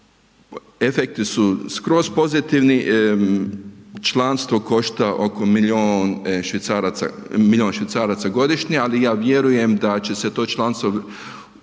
efekti su skroz pozitivni, članstvo košta oko milijun švicaraca godišnje, ali ja vjerujem da će se to članstvo vratiti